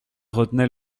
retenait